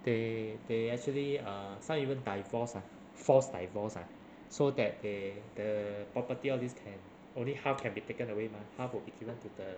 they they actually uh some even divorce ah forced divorce ah so that they the property all these can only half can be taken away mah half will be given to the